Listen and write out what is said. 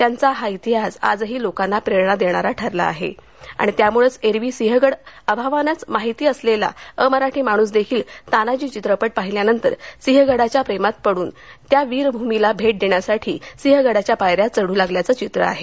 त्यांचा हाच इतिहास आजही लोकांना प्रेरणा देणारा ठरला आहे आणि त्यामुळंच एरवी सिंहगड अभावानेच माहिती असलेला अमराठी माणूस देखील तान्हाजी चित्रपट पाहिल्यानंतर सिंहगडाच्या प्रेमात पडून त्या वीरभूमीला भेट देण्यासाठी सिंहगडाच्या पायऱ्या चढ्र लागल्याचं चित्र आहे